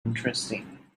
interesting